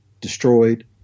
destroyed